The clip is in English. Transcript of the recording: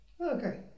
Okay